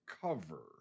cover